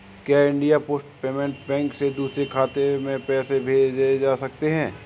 क्या India post payment bank से दूसरे खाते में पैसे भेजे जा सकते हैं?